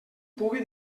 pugui